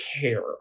care